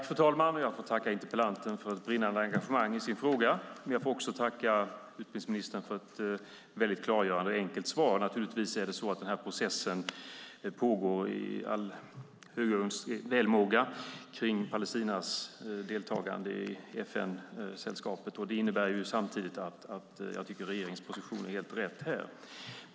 Fru talman! Jag får tacka interpellanten för ett brinnande engagemang i sin fråga. Jag får också tacka utbildningsministern för ett väldigt klargörande och enkelt svar. Naturligtvis är det så att processen kring Palestinas deltagande i FN-sällskapet pågår i högönsklig välmåga. Det innebär samtidigt att jag tycker att regeringens position är helt rätt här.